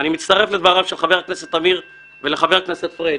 אני מצטרף לדבריהם של חבר הכנסת אמיר ושל חבר הכנסת פריג':